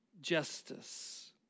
justice